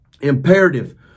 imperative